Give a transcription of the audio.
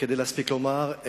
כדי להספיק לומר.